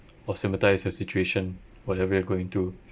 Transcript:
or sympathise your situation whatever you're going through